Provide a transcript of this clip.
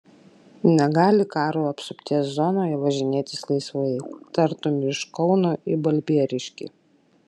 negali karo apsupties zonoje važinėti laisvai tartum iš kauno į balbieriškį